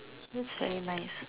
feels very nice